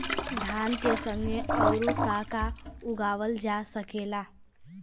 धान के संगे आऊर का का उगावल जा सकेला?